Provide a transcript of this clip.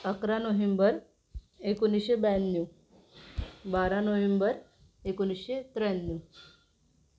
अकरा नोव्हेंबर एकोणिसशे ब्याण्णव बारा नोव्हेंबर एकोणिसशे त्र्याण्णव